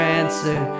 answer